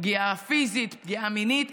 פגיעה פיזית, פגיעה מינית.